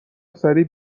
سریع